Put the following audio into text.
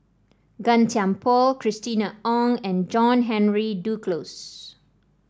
Gan Thiam Poh Christina Ong and John Henry Duclos